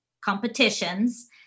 competitions